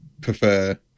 prefer